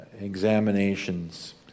examinations